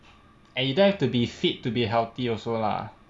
and you don't have to be fit to be healthy also lah